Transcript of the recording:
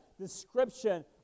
description